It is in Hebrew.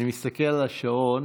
אני מסתכל על השעון,